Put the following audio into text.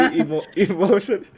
emotion